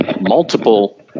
multiple